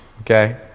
okay